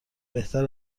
بهتر